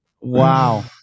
Wow